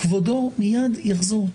כבודו מיד יחזור.